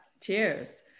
Cheers